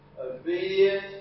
Obedient